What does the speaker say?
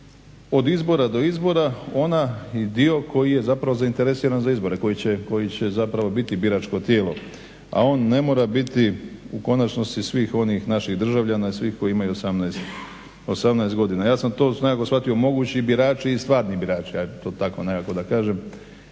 od izbora do izbora onaj dio koji je zapravo zainteresiran za izbore, koji će zapravo biti biračko tijelo, a on ne mora biti u konačnosti svih onih naših državljana i svih koji imaju 18 godina. Ja sam … shvatio mogući birači i stvarni birači, tako nekako da kažem,